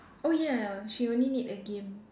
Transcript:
oh ya she only need a game